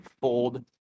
fold